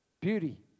Beauty